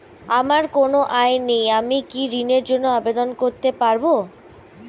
আমার কোনো আয় নেই আমি কি ঋণের জন্য আবেদন করতে পারব?